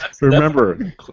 Remember